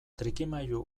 trikimailu